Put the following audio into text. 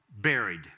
Buried